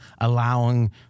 allowing